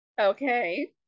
Okay